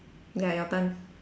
ya your turn